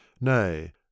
nay